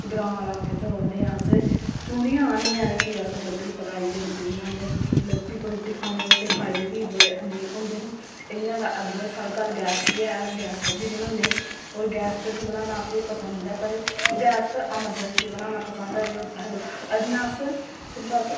ग्रांऽ ल्हाके च रौह्न्ने अस चुनियै आह्नने आं ते प्ही अस चुल्लियै पर रुट्टी बनान्ने ते लकड़ी पर रुट्टी बनाने दे असेंगी फायदे बी अनेक होंदे न इं'या अदरवायज़ साढ़ै गैस बी ऐ अस गैस पर गै बनान्ने होर गैस पर बी बनाना असेंगी पसंद ऐ पर गैस पर एमरजेंसी बनाना पसंद ऐ इं'या अस सिर्फ अस